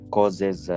Causes